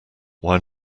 why